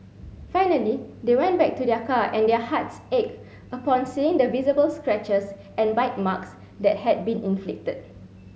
finally they went back to their car and their hearts ached upon seeing the visible scratches and bite marks that had been inflicted